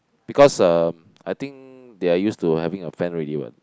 because uh I think they are used to having a fan already [what]